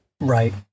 right